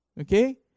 Okay